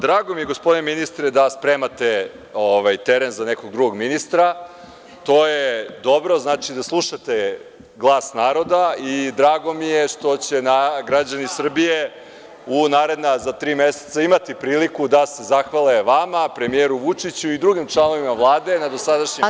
Drago mi je gospodine ministre da spremate teren za nekog drugog ministra, to je dobro, znači da slušate glas naroda i drago mi je što će građani Srbije u naredna tri meseca imati priliku da se zahvale vama, premijeru Vučiću i drugim članovima Vlade na dosadašnjem radu.